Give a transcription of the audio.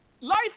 Life